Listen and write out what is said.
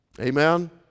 Amen